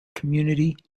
community